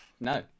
No